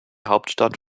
hauptstadt